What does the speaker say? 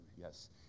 Yes